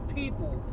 people